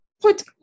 put